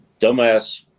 dumbass